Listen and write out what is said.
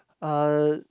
uh